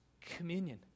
communion